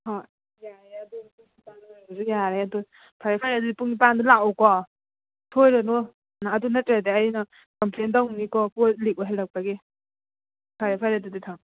ꯍꯣꯏ ꯌꯥꯏꯌꯦ ꯑꯗꯣ ꯄꯨꯡ ꯅꯤꯄꯥꯟꯗ ꯑꯣꯏꯔꯁꯨ ꯌꯥꯏꯔꯦ ꯑꯗꯣ ꯐꯔꯦ ꯐꯔꯦ ꯑꯗꯨꯗꯤ ꯄꯨꯡ ꯅꯤꯄꯥꯟꯗ ꯂꯥꯛꯑꯣꯀꯣ ꯁꯣꯏꯔꯅꯣ ꯑꯗꯨ ꯅꯠꯇ꯭ꯔꯗꯤ ꯑꯩꯅ ꯀꯝꯄ꯭ꯂꯦꯟ ꯇꯧꯅꯤꯀꯣ ꯄꯣꯠ ꯂꯤꯛ ꯑꯣꯏꯍꯜꯂꯛꯄꯒꯤ ꯐꯔꯦ ꯐꯔꯦ ꯑꯗꯨꯗꯤ ꯊꯝꯃꯣ